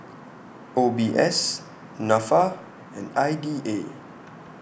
O B S Nafa and I D A